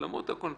ולמרות הכול,